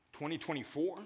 2024